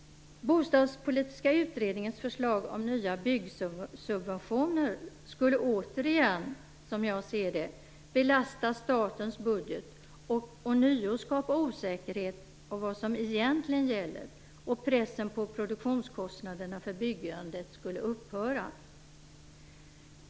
Bostadspolitiska utredningens förslag om nya byggsubventioner skulle, som jag ser det, återigen belasta statens budget och ånyo skapa osäkerhet om vad som egentligen gäller. Pressen på produktionskostnaderna för byggandet skulle upphöra.